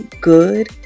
good